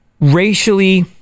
racially